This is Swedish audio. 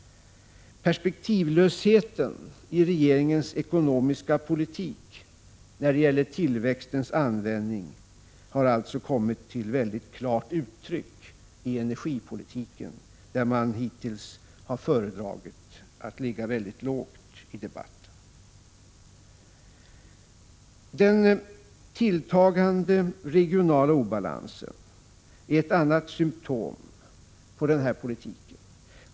Perspektivlösheten i regeringens ekonomiska politik när det gäller tillväxtens användning har alltså kommit till väldigt klart uttryck i energipolitiken, där man hittills föredragit att ligga mycket lågt i debatten. Den tilltagande regionala obalansen är ett annat symtom på denna politik.